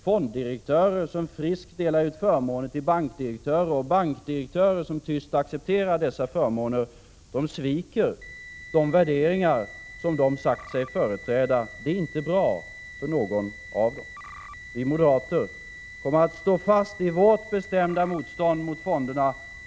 Fonddirektörer som friskt delar ut förmåner till bankdirektörer, och bankdirektörer som tyst accepterar dessa förmåner, sviker de värderingar de sagt sig företräda. Det är inte bra — för någon. Vi moderater kommer att stå fast vid vårt bestämda motstånd mot fonderna.